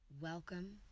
Welcome